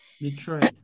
Detroit